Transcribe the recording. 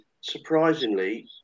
surprisingly